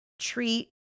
treat